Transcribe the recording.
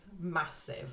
massive